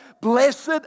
Blessed